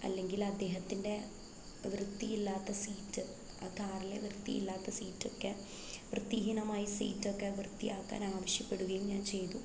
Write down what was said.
അല്ലെങ്കിൽ അദ്ദേഹത്തിൻ്റെ വൃത്തിയില്ലാത്ത സീറ്റ് ആ കാറിലെ വൃത്തിയില്ലാത്ത സീറ്റൊക്കെ വൃത്തിഹീനമായ സീറ്റൊക്കെ വൃത്തിയാക്കാൻ ആവശ്യപ്പെടുകയും ഞാൻ ചെയ്തു